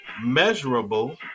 measurable